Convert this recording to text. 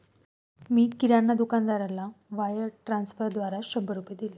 मी किराणा दुकानदाराला वायर ट्रान्स्फरद्वारा शंभर रुपये दिले